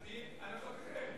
על-פי הנחותיכם,